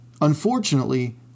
Unfortunately